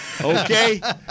okay